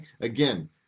Again